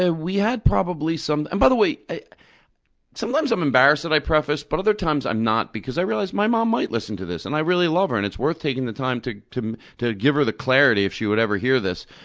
ah we had probably some and, by the way, sometimes i'm embarrassed that i preface, but other times i'm not, because i realize my mom might listen to this, and i really love her, and it's worth taking the time to to give her the clarity, if she would ever hear this,